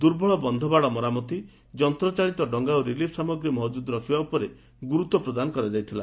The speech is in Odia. ଦୁର୍ବଳ ବକ୍ଷବାଡ଼ ମରାମତି ଯନ୍ତଚାଳିତ ଡଙ୍ଗା ଓ ରିଲିଫ୍ ସାମଗ୍ରୀ ମହଜୁଦ ରଖିବା ଉପରେ ଗୁରୁତ୍ ପ୍ରଦାନ କରାଯାଇଥିଲା